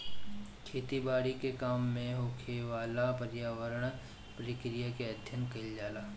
खेती बारी के काम में होखेवाला पर्यावरण प्रक्रिया के अध्ययन कईल जाला